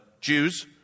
Jews